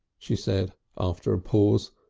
she said after a pause,